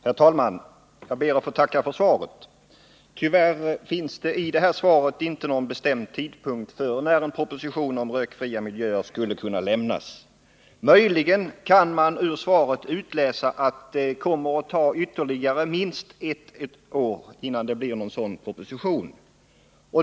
Herr talman! Jag ber att få tacka för svaret. Tyvärr finns i detta svar inte någon bestämd tidpunkt angiven för när en proposition om rökfria miljöer skulle kunna lämnas. Möjligen kan man av svaret utläsa att det kommer att ta ytterligare minst ett år innan det blir någon sådan proposition.